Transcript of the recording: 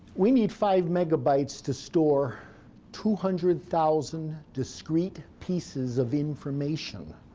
we need five megabytes to store two hundred thousand discrete pieces of information